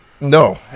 no